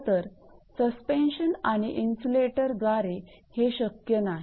खरंतर सस्पेन्शन आणि इन्सुलेटरद्वारे हे शक्य नाही